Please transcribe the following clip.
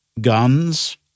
guns